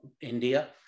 India